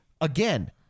again